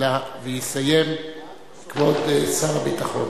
ויסיים כבוד שר הביטחון.